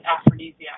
aphrodisiac